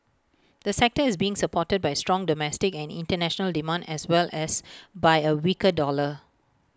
the sector is being supported by strong domestic and International demand as well as by A weaker dollar